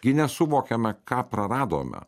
gi nesuvokiame ką praradome